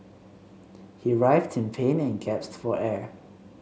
he writhed in pain and gasped for air